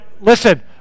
listen